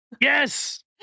Yes